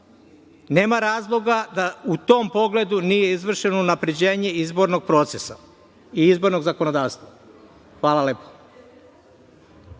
Nema razloga da u tom pogledu nije izvršeno unapređenje izbornog procesa i izbornog zakonodavstva. Hvala lepo.